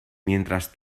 mientras